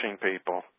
people